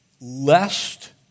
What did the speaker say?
lest